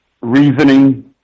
reasoning